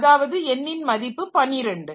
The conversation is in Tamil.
அதாவது n ன் மதிப்பு 12